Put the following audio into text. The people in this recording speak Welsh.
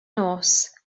nos